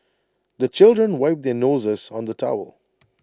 the children wipe their noses on the towel